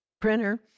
printer